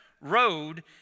road